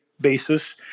basis